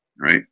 right